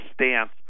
stance